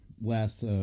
last